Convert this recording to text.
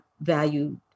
value